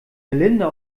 melinda